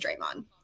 Draymond